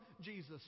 Jesus